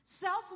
Self